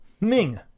ming